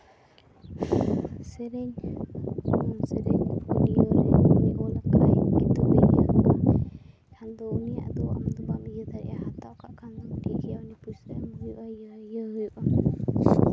ᱥᱮᱨᱮᱧ ᱥᱮᱨᱮᱧ ᱚᱞ ᱠᱟᱜ ᱟᱭ ᱠᱤᱱᱛᱩ ᱩᱱᱤᱭᱟᱜ ᱫᱚ ᱵᱟᱢ ᱤᱭᱟᱹ ᱫᱟᱲᱮᱭᱟᱜᱼᱟ ᱦᱟᱛᱟᱣ ᱠᱟᱜ ᱠᱷᱟᱱ ᱫᱚ ᱴᱷᱤᱠ ᱜᱮᱭᱟ ᱩᱱᱤ ᱯᱩᱭᱥᱟᱹ ᱮᱢ ᱦᱩᱭᱩᱜᱼᱟ ᱤᱭᱟᱹ ᱦᱩᱭᱩᱜᱼᱟ